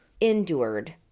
endured